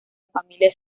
familia